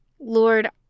Lord